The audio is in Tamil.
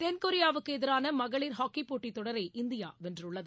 தென்கொரியாவுக்கு எதிரான மகளிர் ஹாக்கிப்போட்டித் தொடரை இந்தியா வென்றுள்ளது